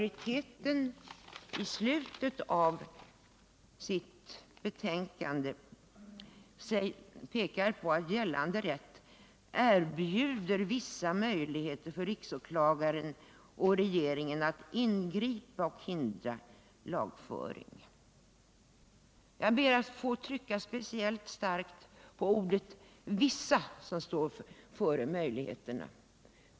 I slutet av utskottsbetänkandet står det däremot: ”Gällande rätt erbjuder här vissa möjligheter för riksåklagaren och regeringen att ingripa och hindra lagföring.” Jag ber att få trycka speciellt starkt på ordet ”vissa” som står före ordet ”möjligheter”.